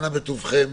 אנא תעבדו